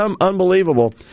unbelievable